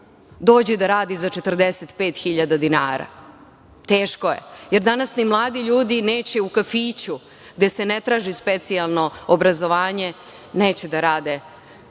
dođe da radi za 45 hiljada dinara. Teško je. Jer, danas mladi ljudi neće ni u kafiću, gde se ne traži specijalno obrazovanje, neće da rade konobarske